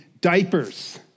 diapers